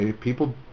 People